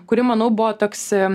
kuri manau buvo toks